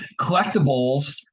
collectibles